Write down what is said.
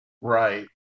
Right